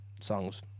songs